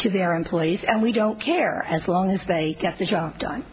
to their employees and we don't care as long as they get the job